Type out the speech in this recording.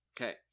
Okay